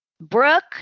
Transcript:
Brooke